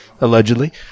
Allegedly